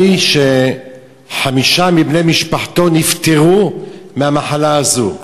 שחמישה מבני משפחתו נפטרו מהמחלה הזו.